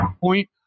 point